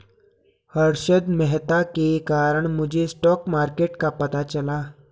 हर्षद मेहता के कारण मुझे स्टॉक मार्केट का पता चला